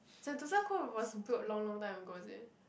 Sentosa Cove was built long long time ago is it